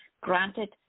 granted